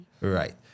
Right